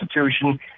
Constitution